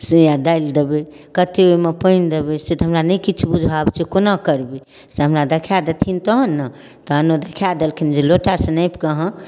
से या दालि देबै कतेक ओहिमे पानि देबै से तऽ हमरा नहि किछु बुझऽ आबै छै कोना करबै से हमरा देखा देथिन तहन ने तहन ओ देखा देलखिन जे लोटासँ नापिकऽ अहाँ